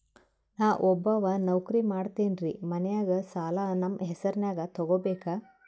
ನಾ ಒಬ್ಬವ ನೌಕ್ರಿ ಮಾಡತೆನ್ರಿ ಮನ್ಯಗ ಸಾಲಾ ನಮ್ ಹೆಸ್ರನ್ಯಾಗ ತೊಗೊಬೇಕ?